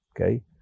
okay